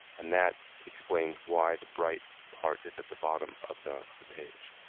and that explains why the bright part is at the bottom of the the page.